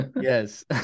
Yes